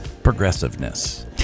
Progressiveness